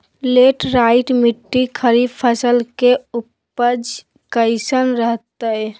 Laterite मिट्टी खरीफ फसल के उपज कईसन हतय?